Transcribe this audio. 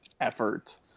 effort